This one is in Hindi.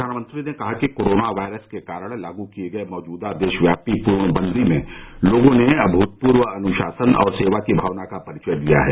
प्रधानमंत्री ने कहा कि कोरोना वायरस के कारण लागू किए गए मौजूदा देशव्यापी पूर्णबंदी में लोगों ने अभूतपूर्व अनुशासन और सेवा की भावना का परिचय दिया है